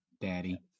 Daddy